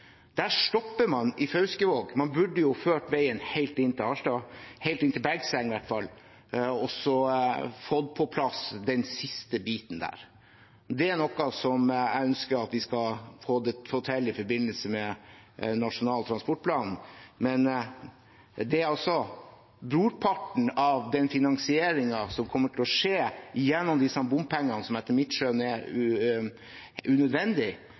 Der stopper man i Fauskevåg. Man burde jo ført veien helt inn til Harstad, i hvert fall helt inn til Bergseng, og så fått på plass den siste biten der. Det er noe som jeg ønsker at vi skal få til i forbindelse med Nasjonal transportplan. Men brorparten av den finansieringen som kommer til å skje gjennom disse bompengene, som etter mitt skjønn er unødvendig,